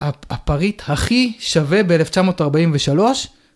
הפריט הכי שווה ב1943.